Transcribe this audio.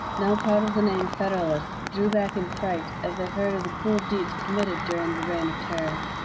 now proud of the name federalists, drew back in fright as they heard of the cruel deeds committed during the reign of terror.